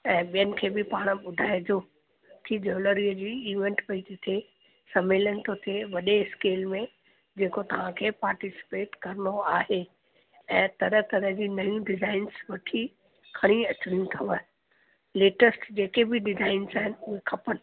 ऐं ॿियनि खे बि पाणि ॿुधाइजो की ज्वैलरीअ जी इवेंट पेई थी थिए समेलन थो थिए वॾे स्केल में जेको तव्हांखे पार्टिसिपेट करिणो आहे ऐं तरह तरह जी नयूं डिजाइंस वठी खणी अचिणी अथव लेटेस्ट जेके बि डिजाइन्स आहिनि उहे खपनि